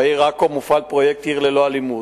בעיר עכו מופעל פרויקט "עיר ללא אלימות",